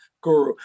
guru